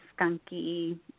skunky